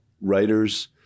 writers